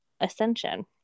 Ascension